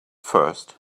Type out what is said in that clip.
first